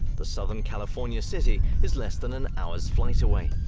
the southern california city is less than an hour's flight away.